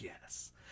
yes